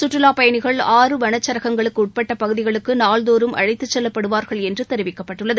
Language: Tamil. சுற்றுலாப் பயனிகள் ஆறு வளச்சரகங்களுக்கு உட்பட்ட பகுதிகளுக்கு நாள்தோறும் அழைத்துச் செல்லப்படுவாா்ள் என்று தெரிவிக்கப்பட்டுள்ளது